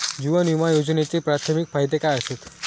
जीवन विमा योजनेचे प्राथमिक फायदे काय आसत?